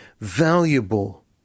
valuable